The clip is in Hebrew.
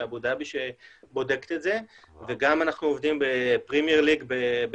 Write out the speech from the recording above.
באבו דאבי שבודקת את זה וגם אנחנו עובדים בפרימייר ליג באנגליה,